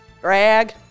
Drag